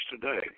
today